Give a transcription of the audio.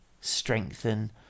strengthen